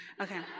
Okay